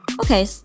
Okay